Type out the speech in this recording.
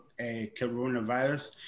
coronavirus